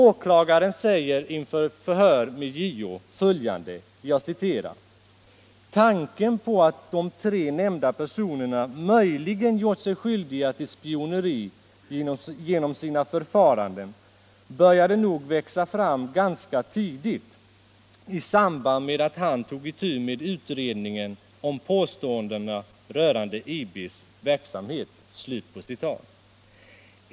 Åklagaren säger vid förhör inför JO att tanken på att de tre nämnda personerna ”möjligen gjort sig skyldiga till spioneri genom sina förfaranden började nog växa fram ganska tidigt i samband med att Robért tog itu med utredningen om påståendena om IB:s verksamhet”.